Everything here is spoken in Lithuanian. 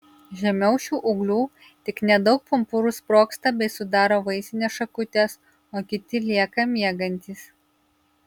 žemiau šių ūglių tik nedaug pumpurų sprogsta bei sudaro vaisines šakutes o kiti lieka miegantys